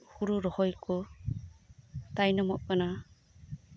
ᱦᱩᱲᱩ ᱨᱤᱦᱤᱭ ᱠᱚ ᱛᱟᱭᱱᱚᱢᱚᱜ ᱠᱟᱱᱟ